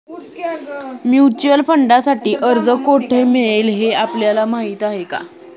Mutual फंडांसाठी अर्ज कोठे मिळेल हे आपल्याला माहीत आहे का?